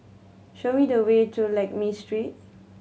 show me the way to Lakme Street